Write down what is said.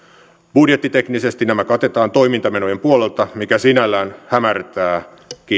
budjettiteknisesti nämä katetaan toimintamenojen puolelta mikä sinällään hämärtää